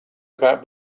about